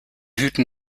hüten